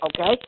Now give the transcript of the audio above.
Okay